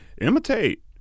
imitate